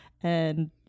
and-